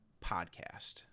Podcast